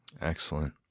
Excellent